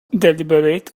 deliberate